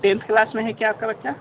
tenth class में है क्या आप का बच्चा